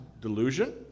Delusion